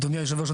אדוני היושב-ראש,